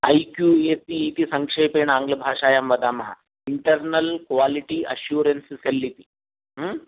I Q A C इति सङ्क्षेपेण आङ्ग्लभाषायां वदामः इन्टर्नल् क्वालिटि अशूरेन्स् सेल् इति